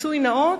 פיצוי נאות,